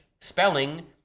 spelling